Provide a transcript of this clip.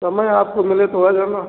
समय आपको मिले तो आ जाना